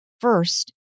First